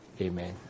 Amen